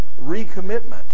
recommitment